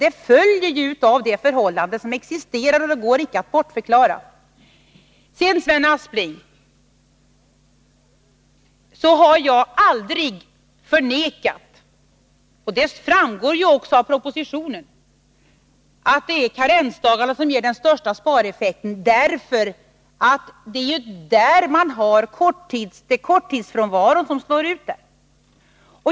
Det följer av det förhållande som existerar, och det går icke att bortförklara. Sedan, Sven Aspling, har jag aldrig förnekat att — och det framgår också av propositionen — det är karensdagarna som ger den största spareffekten, eftersom det är här som korttidsfrånvaron slår ut.